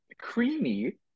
creamy